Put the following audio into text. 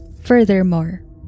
Furthermore